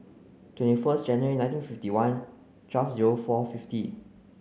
twenty first January nineteen fifty one twelve zero four fifty